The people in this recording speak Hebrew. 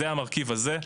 זה המרכיב הזה.